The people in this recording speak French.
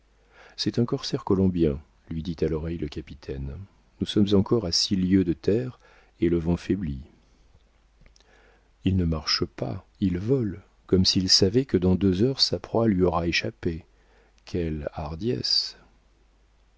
c'est un corsaire colombien lui dit à l'oreille le capitaine nous sommes encore à six lieues de terre et le vent faiblit il ne marche pas il vole comme s'il savait que dans deux heures sa proie lui aura échappé quelle hardiesse